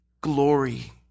glory